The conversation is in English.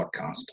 podcast